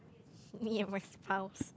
me and my spouse